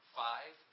five